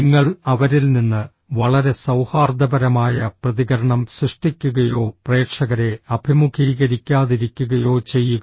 നിങ്ങൾ അവരിൽ നിന്ന് വളരെ സൌഹാർദ്ദപരമായ പ്രതികരണം സൃഷ്ടിക്കുകയോ പ്രേക്ഷകരെ അഭിമുഖീകരിക്കാതിരിക്കുകയോ ചെയ്യുക